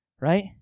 Right